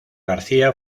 garcía